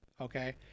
Okay